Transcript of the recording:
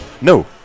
No